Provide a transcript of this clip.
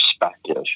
perspective